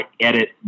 edit